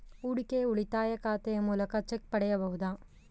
ಹೂಡಿಕೆಯ ಉಳಿತಾಯ ಖಾತೆಯ ಮೂಲಕ ಚೆಕ್ ಪಡೆಯಬಹುದಾ?